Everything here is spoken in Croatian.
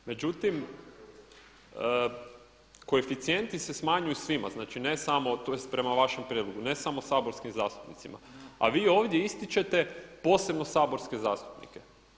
Međutim, koeficijenti se smanjuju svima, znači ne samo, tj. prema vašem prijedlogu, ne samo saborskim zastupnicima a vi ovdje ističete posebno saborske zastupnike.